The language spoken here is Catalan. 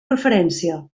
referència